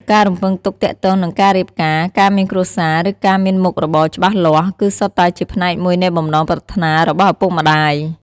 ការរំពឹងទុកទាក់ទងនឹងការរៀបការ ការមានគ្រួសារ ឬការមានមុខរបរច្បាស់លាស់ គឺសុទ្ធតែជាផ្នែកមួយនៃបំណងប្រាថ្នារបស់ឪពុកម្ដាយ។